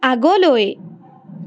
আগলৈ